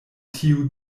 tiu